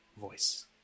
voice